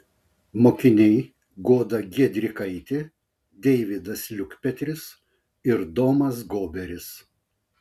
mokiniai goda giedrikaitė deividas liukpetris ir domas goberis